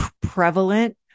prevalent